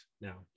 now